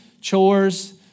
chores